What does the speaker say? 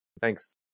Thanks